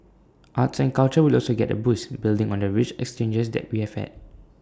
arts and culture will also get A boost building on the rich exchanges we have had